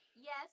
Yes